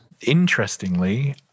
Interestingly